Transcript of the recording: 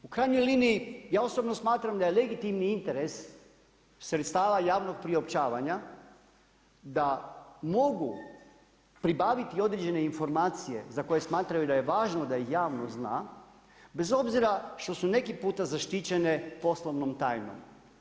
U krajnjoj liniji ja osobno smatram da je legitimni interes sredstava javnog priopćavanja da mogu pribaviti određene informacije za koje smatraju da je važno da i javnost zna, bez obzira što su neki puta zaštićene poslovnom tajnom.